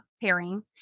pairing